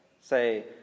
say